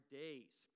days